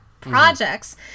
projects